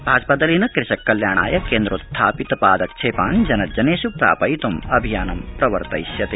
भाजपादलेन कृषक कल्याणाय केन्द्रोत्थापित पादक्षेपान् जनजनेषु प्रापयितुं अभियानं प्रवर्तयिष्यते